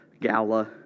gala